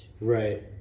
right